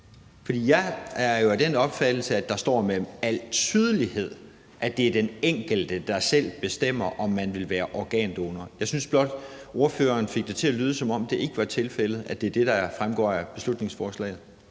jeg er jo af den opfattelse, at der står med al tydelighed, at det er den enkelte, der selv bestemmer, om man vil være organdonor. Jeg synes blot, ordføreren fik det til at lyde, som om det ikke var tilfældet, at det er det, der fremgår af beslutningsforslaget.